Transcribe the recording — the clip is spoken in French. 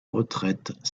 retraite